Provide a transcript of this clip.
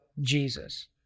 Jesus